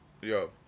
Yo